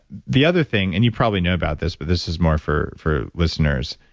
the other thing, and you probably know about this, but this is more for for listeners,